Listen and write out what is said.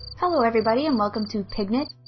hello everybody and welcome to pigknit.